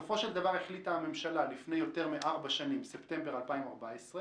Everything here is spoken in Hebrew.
בסופו של דבר החליטה הממשלה לפני יותר מארבע שנים ספטמבר 2014,